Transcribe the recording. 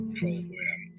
program